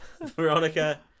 Veronica